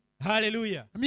Hallelujah